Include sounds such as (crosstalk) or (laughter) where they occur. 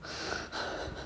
(noise)